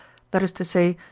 that is to say,